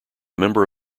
member